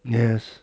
yes